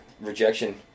rejection